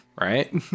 right